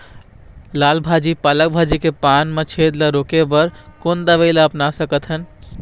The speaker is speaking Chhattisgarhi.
लाल भाजी पालक भाजी के पान मा छेद ला रोके बर कोन दवई ला अपना सकथन?